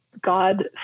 god